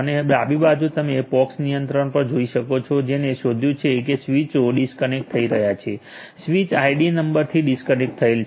હવે ડાબી બાજુ તમે POX નિયંત્રક પર જોઈ શકો છો જેને શોધ્યું છે કે સ્વીચો ડિસ્કનેક્ટ થઈ રહ્યાં છે સ્વીચ આઈડી નંબરથી ડિસ્કનેક્ટ થયેલ છે